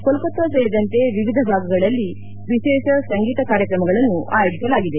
ಕೊಲ್ಲತ್ತ ಸೇರಿದಂತೆ ವಿವಿಧ ಭಾಗಗಳಲ್ಲಿ ವಿಶೇಷ ಸಂಗೀತ ಕಾರ್ಯಕ್ರಮಗಳನ್ನು ಆಯೋಜಿಸಲಾಗಿದೆ